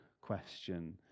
question